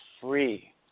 free